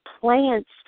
plants